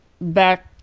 back